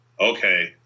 okay